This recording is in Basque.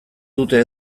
dute